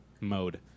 mode